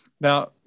Now